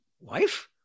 wife